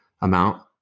amount